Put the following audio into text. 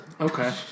Okay